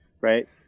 Right